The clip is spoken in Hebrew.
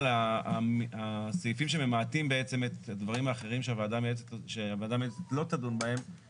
אבל הסעיפים שממעטים בעצם את הדברים האחרים שהוועדה המייעצת לא תדון בהם